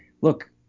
look